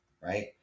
right